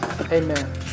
Amen